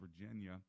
Virginia